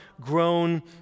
grown